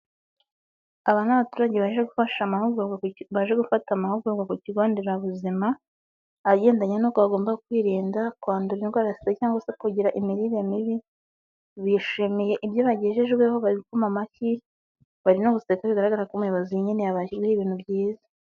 Aba ni abaturage baje gufasha amahugurwa, baje gufata amahugurwa ku kigo nderabuzima agendanye n'uko bagomba kwirinda kwandura indwara zitandukanye cyangwa se kugira imirire mibi, bishimiye ibyo bagejejweho bari gukoma amashyi bari no guseka bigaragara ko umuyobozi nyine yababwiye ibintu byiza.